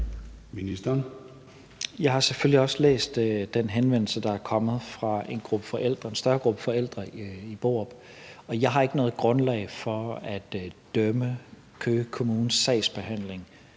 Jeg har selvfølgelig også læst den henvendelse, der er kommet fra en gruppe forældre, en større gruppe forældre i Borup, og jeg har ikke noget grundlag for at dømme Køge Kommunes sagsbehandling